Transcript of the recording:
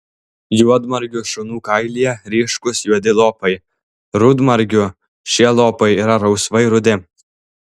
juodmargių šunų kailyje ryškūs juodi lopai rudmargių šie lopai yra rausvai rudi